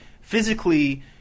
physically